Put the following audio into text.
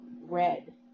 red